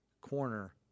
corner